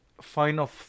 final